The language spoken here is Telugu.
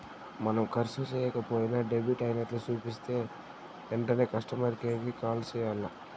మనం కర్సు సేయక పోయినా డెబిట్ అయినట్లు సూపితే ఎంటనే కస్టమర్ కేర్ కి కాల్ సెయ్యాల్ల